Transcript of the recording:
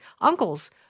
uncles